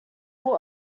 will